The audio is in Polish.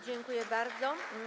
Dziękuję bardzo.